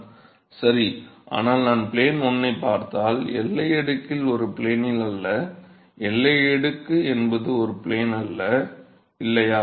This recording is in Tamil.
மாணவர் சரி ஆனால் நான் ப்ளேன் 1 ஐ பார்த்தால் எல்லை அடுக்கில் ஒரு ப்ளேனில் அல்ல எல்லை அடுக்கு என்பது ஒரு ப்ளேன் அல்ல இல்லையா